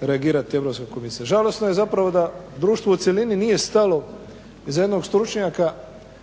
reagirati Europska komisija. Žalosno je zapravo da društvo u cjelini nije stalo iza jednog stručnjaka